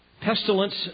pestilence